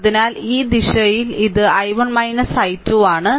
അതിനാൽ ഈ ദിശയിൽ ഇത് I1 I2 ആണ്